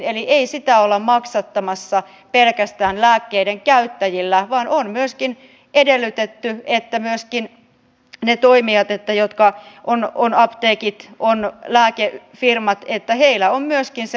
eli ei sitä olla maksattamassa pelkästään lääkkeiden käyttäjillä vaan on myöskin edellytetty että myöskin niillä toimijoilla on apteekit on lääkefirmat on se oma vastuunsa tässä